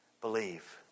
believe